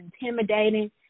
intimidating